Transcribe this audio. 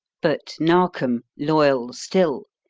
but narkom, loyal still,